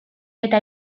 eta